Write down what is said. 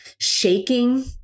shaking